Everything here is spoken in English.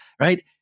Right